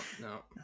No